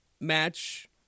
match